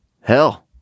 Hell